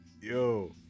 Yo